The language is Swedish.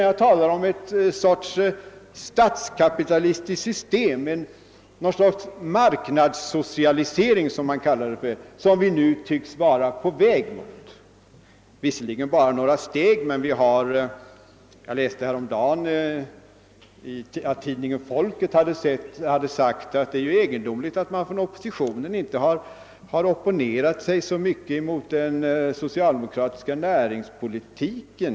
Jag talar om en sorts statskapitalistiskt system, någon sorts »marknadssocialisering», som vi nu tycks vara på väg mot — visserligen bara några steg. Men jag läste häromdagen att man i tidningen Folket hade sagt, att det är egendom ligt att man från oppositionen inte har opponerat sig så mycket mot den socialdemokratiska näringspolitiken.